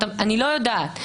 אני לא יודעת.